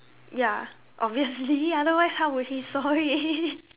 ya obviously otherwise how would he saw it